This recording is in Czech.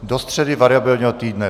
Do středy variabilního týdne.